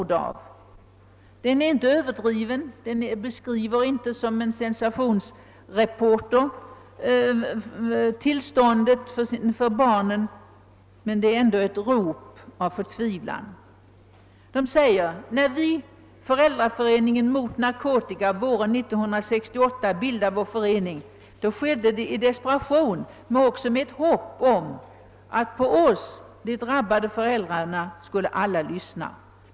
Den är inte överdriven och innehåller inte något sensationsreportage om barnens tillstånd, men det är ett rop av förtvivlan. De skriver: »Då vi, Föräldraföreningen Mot Narkotika, våren 1968 bildade vår förening, skedde det i desperation men också med ett hopp om att på oss, de drabbade föräldrarna, skulle alla lyssna.